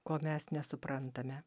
ko mes nesuprantame